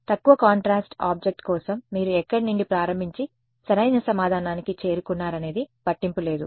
తక్కువ contrast object కోసం మీరు ఎక్కడ నుండి ప్రారంభించి సరైన సమాధానానికి చేరుకున్నారనేది పట్టింపు లేదు